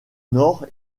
nord